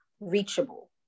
reachable